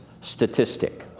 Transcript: statistic